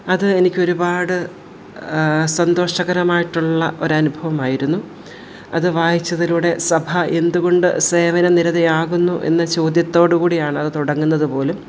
അത് എനിക്ക് ഒരുപാട് സന്തോഷകരമായിട്ടുള്ള ഒരനുഭവമായിരുന്നു അത് വായിച്ചതിലൂടെ സഭ എന്തുകൊണ്ടു സേവന നിരതയാകുന്നു എന്ന ചോദ്യത്തോടു കൂടിയാണ് അതു തുടങ്ങുന്നതു പോലും